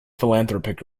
philanthropic